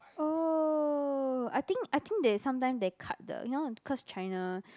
oh I think I think they sometime they cut the you know because China